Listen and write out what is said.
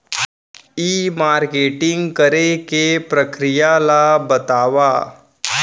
ई marketing करे के प्रक्रिया ला बतावव?